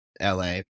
LA